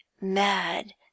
mad